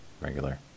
regular